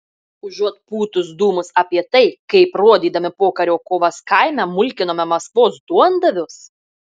užuot pūtus dūmus apie tai kaip rodydami pokario kovas kaime mulkinome maskvos duondavius